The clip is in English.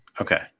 Okay